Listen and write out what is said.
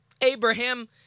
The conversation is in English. Abraham